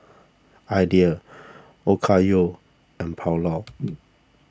Ideal Okayu and Pulao